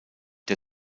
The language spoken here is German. der